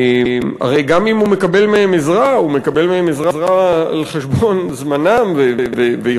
הרי גם אם הוא מקבל מהם עזרה הוא מקבל מהם עזרה על חשבון זמנם ויכולתם,